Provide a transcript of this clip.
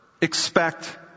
expect